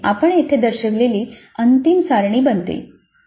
ज्यामुळे आपण येथे दर्शविलेली अंतिम सारणी बनते